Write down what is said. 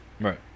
right